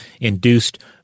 induced